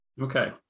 Okay